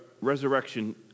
resurrection